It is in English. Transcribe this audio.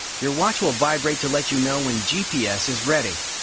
your watch will vibrate to let you know when gps is ready.